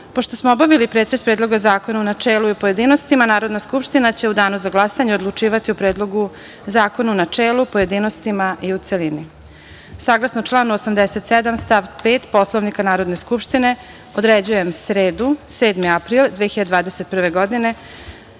smo obavili pretres Predloga zakona u načelu i u pojedinostima, Narodna skupština će u danu za glasanje odlučivati o Predlogu zakona u načelu, pojedinostima i u celini. Saglasno članu 87. stav 5. Poslovnika Narodne skupštine, određujem sredu, 7. april 2021. godine,